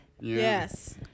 Yes